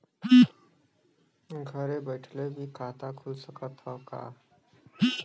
घरे बइठले भी खाता खुल सकत ह का?